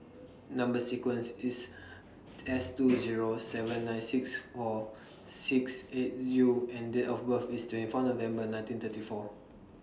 Number sequence IS S two Zero seven nine six Or six eight U and Date of birth IS twenty four November nineteen thirty four